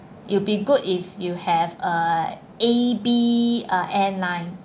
it'll be good if you have uh A B uh airline